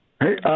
Hey